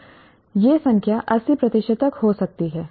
यह संख्या 80 प्रतिशत तक हो सकती है